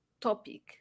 topic